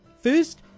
First